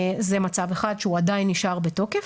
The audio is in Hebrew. זה מצב אחד שהוא עדיין נשאר בתוקף.